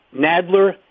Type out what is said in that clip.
Nadler